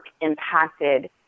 impacted